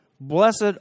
Blessed